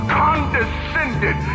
condescended